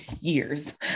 years